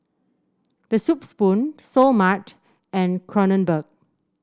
The Soup Spoon Seoul Mart and Kronenbourg